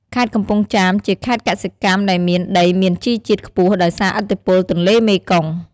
ខេត្តកំពង់ចាម ជាខេត្តកសិកម្មដែលមានដីមានជីជាតិខ្ពស់ដោយសារឥទ្ធិពលទន្លេមេគង្គ។